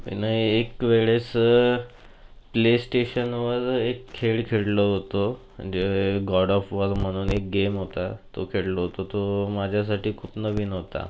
नाही एक वेळेस प्ले स्टेशनवर एक खेळ खेळलो होतो जे गॉड ऑफ वॉर म्हणून एक गेम होता तो खेळलो होतो तो माझ्यासाठी खूप नवीन होता